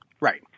Right